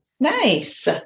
Nice